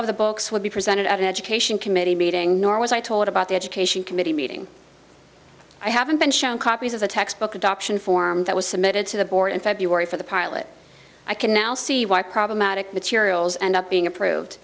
of the books would be presented at an education committee meeting nor was i told about the education committee meeting i haven't been shown copies of the textbook adoption form that was submitted to the board in february for the pilot i can now see why problematic materials end up being approved